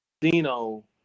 Dino